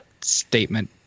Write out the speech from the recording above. statement